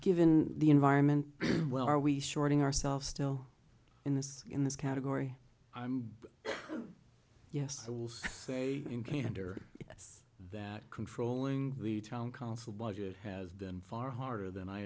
given the environment well are we shorting ourselves still in this in this category yes i will say in candor yes that controlling the town council budget has been far harder than i